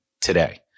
today